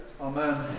Amen